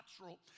natural